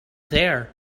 there